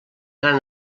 gran